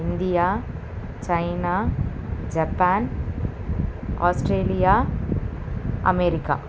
India China Japan Australia America